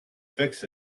fix